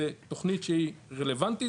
זאת תוכנית שהיא רלוונטית,